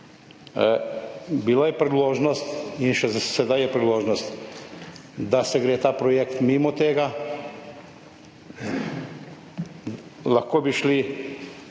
Bila je priložnost in še sedaj je priložnost, da se gre ta projekt mimo tega. Lahko bi šli